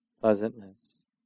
pleasantness